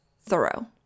thorough